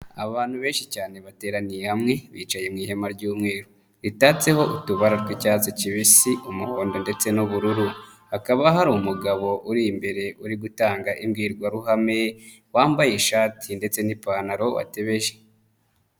Abantu benshi cyane bateraniye hamwe, bicaye mu ihema ry'umweru, ritatseho utubara tw'icyatsi kibisi umuhondo ndetse n'ubururu. Hakaba hari umugabo uri imbere uri gutanga imbwirwaruhame, wambaye ishati ndetse n'ipantaro watebeje.